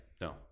no